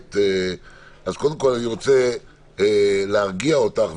2020. פותח את הדיון בנושא הצעת חוק להרחבת הייצוג ההולם של